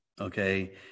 okay